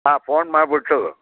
ಹಾಂ ಫೋನ್ ಮಾಡ್ಬಿಟ್ಟು